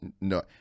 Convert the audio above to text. no